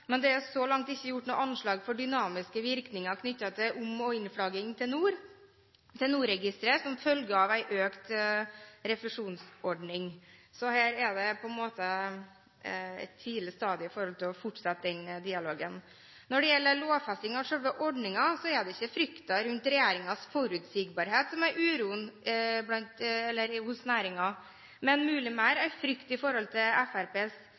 Men det er så langt ikke gjort noen anslag for dynamiske virkninger knyttet til om- og innflagging til NOR-registeret som følge av en økt refusjonsordning. Så dette er på en måte et tidlig stadium for å fortsette den dialogen. Når det gjelder lovfesting av selve ordningen, er det ikke frykten rundt regjeringens forutsigbarhet som uroer næringen, men muligens er det mer